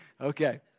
okay